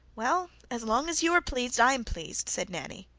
well, as long as you are pleased i am pleased, said nanny.